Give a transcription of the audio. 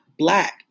black